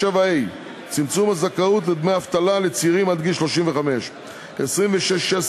27(ה) (צמצום הזכאות לדמי אבטלה לצעירים עד גיל 35); 26(16)